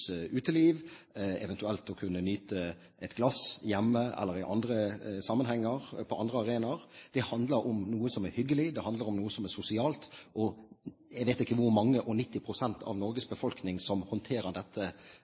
uteliv – eventuelt å kunne nyte et glass hjemme eller i andre sammenhenger, på andre arenaer – om noe som er hyggelig, det handler om noe som er sosialt. Jeg vet ikke hvor mange og nitti prosent av Norges befolkning som håndterer dette